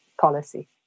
policy